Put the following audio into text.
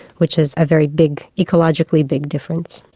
which is a very big, ecologically big difference.